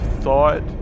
thought